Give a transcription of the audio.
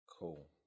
Cool